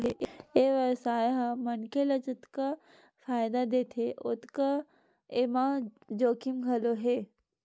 ए बेवसाय ह मनखे ल जतका फायदा देथे ओतके एमा जोखिम घलो हे